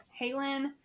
Halen